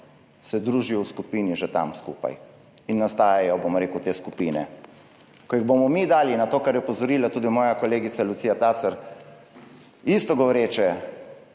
se družijo v skupini že tam skupaj in nastajajo, bom rekel, te skupine. Ko bomo mi dali, to, na kar je opozorila tudi moja kolegica Lucija Tacer, isto govoreče